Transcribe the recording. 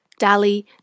Dali